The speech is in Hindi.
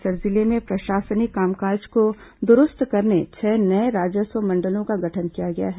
बस्तर जिले में प्रशासनिक कामकाज को दुरूस्त करने छह नये राजस्व मंडलों का गठन किया गया है